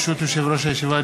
ברשות יושב-ראש הישיבה,